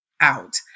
out